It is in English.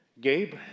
Gabe